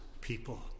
people